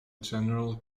general